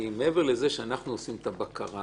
כי מעבר לזה שאנחנו עושים את הבקרה